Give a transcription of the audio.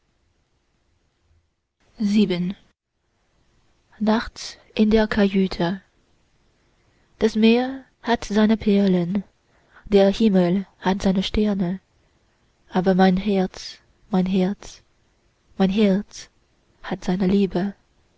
nachts in der kajüte das meer hat seine perlen der himmel hat seine sterne aber mein herz mein herz mein herz hat seine liebe